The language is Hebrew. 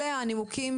אלה הנימוקים